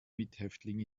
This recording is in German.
mithäftling